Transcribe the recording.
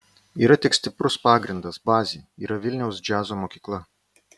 yra tik stiprus pagrindas bazė yra vilniaus džiazo mokykla